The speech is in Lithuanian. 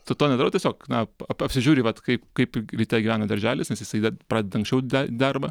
tu to nedarau tiesiog na ap apsižiūri vat kaip kaip ryte gyvena darželis nes jisai dar pradeda anksčiau da darbą